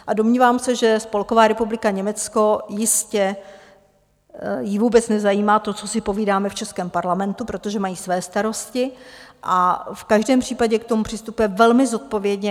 A domnívám se, že Spolková republika Německo jistě ji vůbec nezajímá to, co si povídáme v českém Parlamentu, protože mají své starosti, a v každém případě k tomu přistupuje velmi zodpovědně.